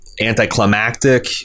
anticlimactic